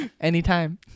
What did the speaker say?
anytime